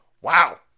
Wow